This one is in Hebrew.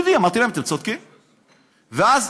כן או לא.